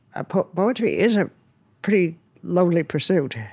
ah poetry is a pretty lonely pursuit.